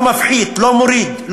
מוריד,